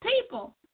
people